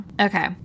Okay